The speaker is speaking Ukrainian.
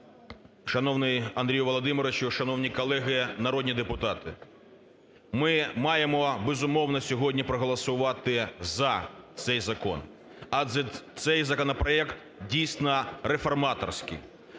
Шановний Андрій Володимирович, шановні колеги народні депутати! Ми маємо, безумовно, сьогодні проголосувати за цей закон, адже цей законопроект, дійсно, реформаторський,